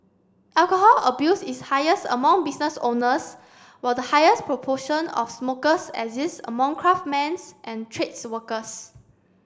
alcohol abuse is highest among business owners while the highest proportion of smokers exists among craftsmen's and trades workers